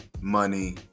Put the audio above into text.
money